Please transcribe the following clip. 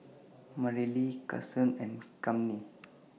Marilee Kason and Cammie